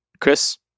Chris